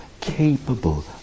capable